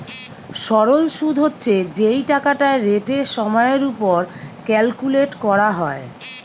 সরল শুদ হচ্ছে যেই টাকাটা রেটের সময়ের উপর ক্যালকুলেট করা হয়